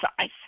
size